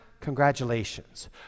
congratulations